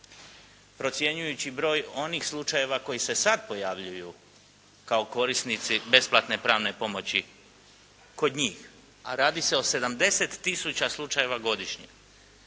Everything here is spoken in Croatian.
Procjenjujući broj onih slučajeva koji se sad pojavljuju kao korisnici besplatne pravne pomoći kod njih, a radi se o 70 000 slučajeva godišnje.